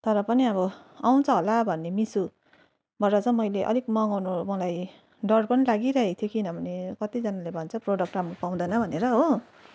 तर पनि अब आउँछ होला भनेर मिसोबाट चाहिँ मैले अलिक मगाउनु मलाई डर पनि लागिरहे थियो किन भने कतिजनाले भन्छ प्रडक्ट राम्रो पाउँदैन भनेर हो